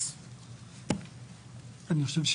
אז אני חושב,